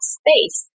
space